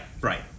right